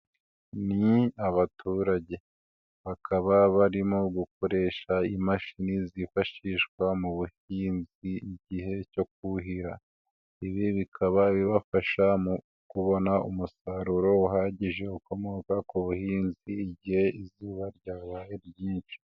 Ni abaturage bakaba barimo gukoresha imashini zifashishwa mu buhinzi igihe cyo kuhira. Ibi bikaba bibafasha mu kubona umusaruro uhagije ukomoka ku buhinzi, igihe izuba ryabaye ryinshi.